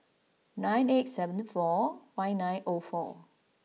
nine eight seventy four five O four